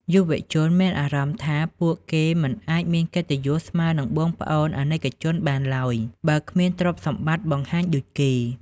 យុវជនមានអារម្មណ៍ថា ពួកគេមិនអាចមានកិត្តិយសស្មើនឹងបងប្អូនអាណិកជនបានឡើយ បើគ្មានទ្រព្យសម្បត្តិបង្ហាញដូចគេ។